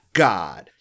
god